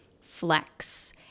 Flex